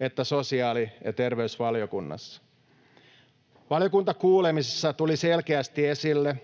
että sosiaali- ja terveysvaliokunnassa. Valiokuntakuulemisissa tuli selkeästi esille,